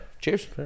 Cheers